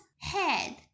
head